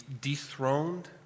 dethroned